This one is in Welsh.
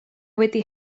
wedi